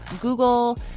google